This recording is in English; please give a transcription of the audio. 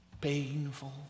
painful